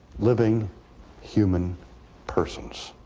living human persons,